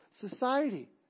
society